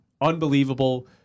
unbelievable